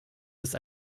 des